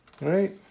right